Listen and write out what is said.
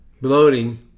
bloating